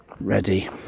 ready